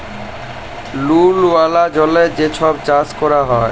লুল ওয়ালা জলে যে ছব চাষ ক্যরা হ্যয়